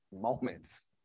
moments